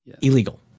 illegal